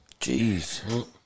Jeez